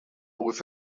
with